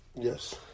Yes